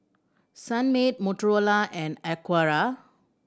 Sunmaid Motorola and Acura